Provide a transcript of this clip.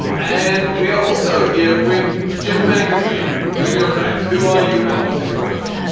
and we are also here with jim tankersley from the new york times. who are you and what is your book?